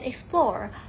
explore